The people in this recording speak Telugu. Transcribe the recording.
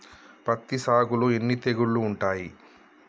పత్తి సాగులో ఎన్ని తెగుళ్లు ఉంటాయి?